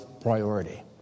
priority